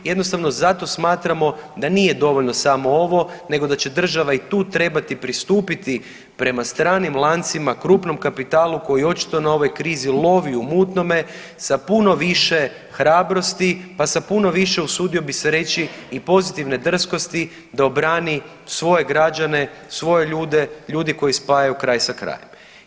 Jednostavno zato smatramo da nije dovoljno samo ovo nego da će država i tu trebati pristupiti prema stranim lancima, krupnom kapitalu koji očito na ovoj krizi lovi u mutnome sa puno više hrabrosti, pa sa puno više usudio bih se reći i pozitivne drskosti da obrani svoje građane, svoje ljude ljudi koji spajaju kraj sa krajem.